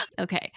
Okay